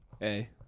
hey